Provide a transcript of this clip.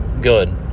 good